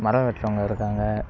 மரம் வெட்டறவங்க இருக்காங்க